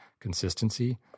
consistency